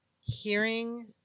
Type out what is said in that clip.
hearing